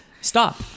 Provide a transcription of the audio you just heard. Stop